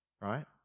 Right